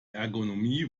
ergonomie